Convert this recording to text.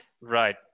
Right